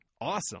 awesome